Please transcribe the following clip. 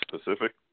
specific